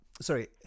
sorry